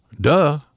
Duh